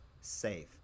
safe